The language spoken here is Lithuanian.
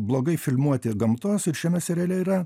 blogai filmuoti gamtos ir šiame seriale yra